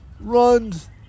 runs